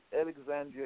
Alexandria